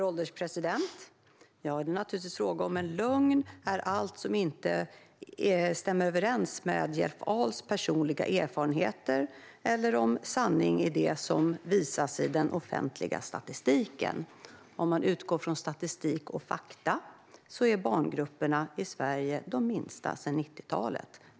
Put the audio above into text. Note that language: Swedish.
Herr ålderspresident! Är allt som inte stämmer överens med Jeff Ahls personliga erfarenheter en lögn? Eller är sanning det som visar sig i den offentliga statistiken? Om man utgår från statistik och fakta är barngrupperna i Sverige de minsta sedan 90-talet.